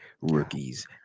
rookies